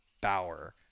Bauer